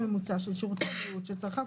צדיק.